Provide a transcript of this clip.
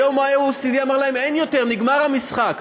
היום ה-OECD אמר להן: אין יותר, נגמר המשחק.